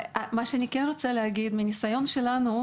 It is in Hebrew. מניסיון שלנו,